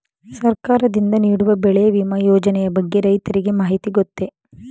ಸರ್ಕಾರದಿಂದ ನೀಡುವ ಬೆಳೆ ವಿಮಾ ಯೋಜನೆಯ ಬಗ್ಗೆ ರೈತರಿಗೆ ಮಾಹಿತಿ ಗೊತ್ತೇ?